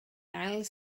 ail